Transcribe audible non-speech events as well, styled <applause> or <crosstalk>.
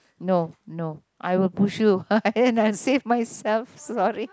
no no I will push you <laughs> and i save myself sorry